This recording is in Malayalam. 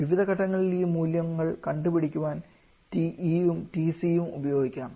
വിവിധ ഘട്ടങ്ങളിൽ ഈ മൂല്യങ്ങൾ കണ്ടുപിടിക്കാൻ TE ഉം TC ഉം ഉപയോഗിക്കാം